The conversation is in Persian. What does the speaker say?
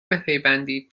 بپیوندید